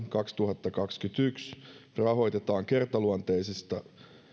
kaksituhattakaksikymmentäyksi rahoitetaan kertaluonteisista